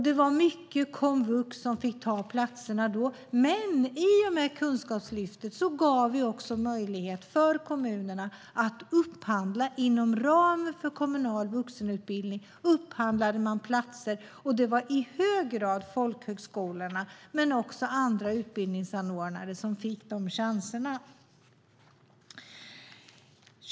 Det var mycket komvux som fick ta platserna då. Men i och med Kunskapslyftet gav vi också möjlighet för kommunerna att inom ramen för kommunal vuxenutbildning upphandla platser. Det gjordes i hög grad hos folkhögskolorna, men också andra utbildningsanordnare fick de chanserna.